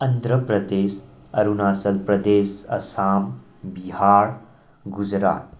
Andhra Pradesh Arunachal Pradesh Assam Bihar Gujarat